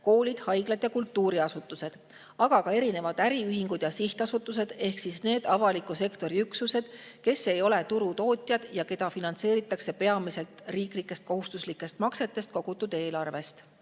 koolid, haiglad ja kultuuriasutused, aga ka erinevad äriühingud ja sihtasutused ehk need avaliku sektori üksused, kes ei ole turutootjad ja keda finantseeritakse peamiselt riiklikest kohustuslikest maksetest kogutud eelarvest.